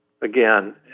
again